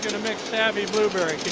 to mix savvy blueberry.